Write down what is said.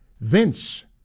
Vince